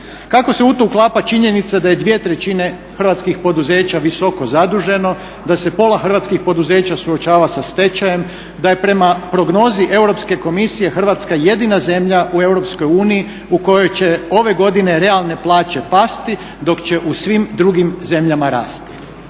Kako se u to uklapa činjenica da je dvije trećine hrvatskih poduzeća visoko zaduženo, da se pola hrvatskih poduzeća suočava sa stečajem, da je prema prognozi Europske komisije Hrvatska jedina zemlja u Europskoj uniji u kojoj će ove godine realne plaće pasti dok će u svim drugim zemljama rasti?